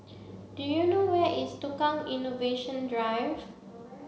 do you know where is Tukang Innovation Drive